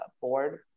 board